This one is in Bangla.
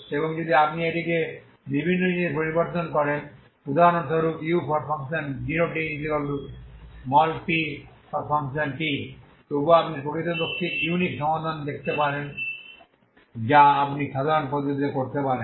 এবং যদি আপনি এটিকে বিভিন্ন জিনিসে পরিবর্তন করেন উদাহরণস্বরূপ u0tp তবুও আপনি প্রকৃতপক্ষে ইউনিক সমাধান দেখাতে পারেন যা আপনি সাধারণ পদ্ধতিতে করতে পারেন